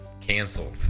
canceled